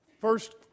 First